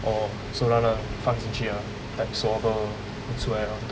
oh so 然而放进去 ah like swabber then 出来 lor